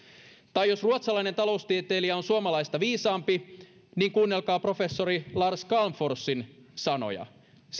tai jos ruotsalainen taloustieteilijä on suomalaista viisaampi kuunnelkaa professori lars calmforsin sanoja